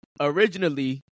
originally